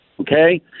Okay